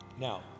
Now